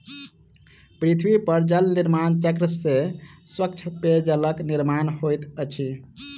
पृथ्वी पर जल निर्माण चक्र से स्वच्छ पेयजलक निर्माण होइत अछि